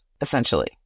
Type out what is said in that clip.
essentially